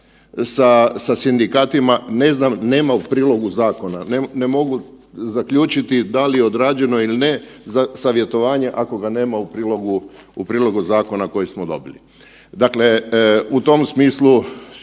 sa sindikatima, ne znam, nema u prilogu zakona, ne mogu zaključiti da li je odrađeno ili ne za savjetovanje ako ga nema u prilogu zakona koji smo dobili. Dakle, u tom smislu